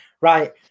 right